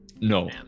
No